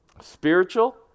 spiritual